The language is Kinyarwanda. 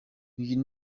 uyu